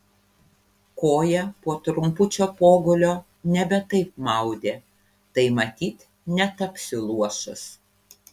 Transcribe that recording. koją po trumpučio pogulio nebe taip maudė tai matyt netapsiu luošas